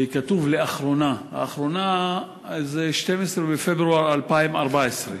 וכתוב: "לאחרונה" ה"אחרונה" זה 12 בפברואר 2014,